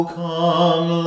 come